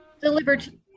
delivered